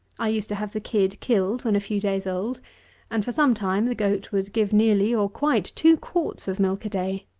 i used to have the kid killed when a few days old and, for some time, the goat would give nearly or quite, two quarts of milk a day.